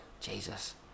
Jesus